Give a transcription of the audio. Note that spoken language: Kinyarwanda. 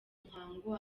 muhango